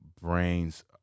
brains